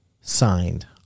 Signed